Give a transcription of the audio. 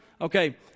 Okay